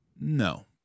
No